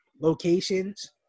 locations